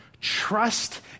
Trust